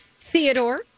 Theodore